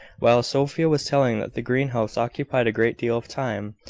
while sophia was telling that the greenhouse occupied a great deal of time,